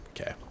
Okay